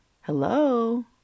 hello